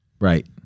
Right